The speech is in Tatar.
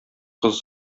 кыз